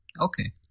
Okay